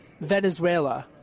Venezuela